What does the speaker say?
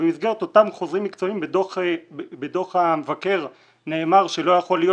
שבמסגרת אותם חוזרים מקצועיים בדו"ח המבקר נאמר שלא יכול להיות